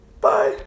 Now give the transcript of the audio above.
Bye